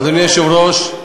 אדוני היושב-ראש,